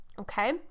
okay